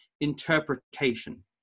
interpretation